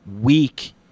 weak